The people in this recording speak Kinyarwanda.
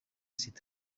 sida